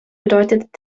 bedeutet